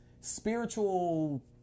spiritual